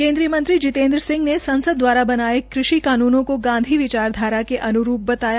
केन्द्रीय मंत्री जितेन्द्र सिंह ने संसद द्वारा बनाये गये कृषि कानूनों को गांधी विचारधारा के अन्रूप बताया